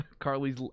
Carly's